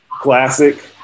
classic